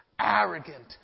arrogant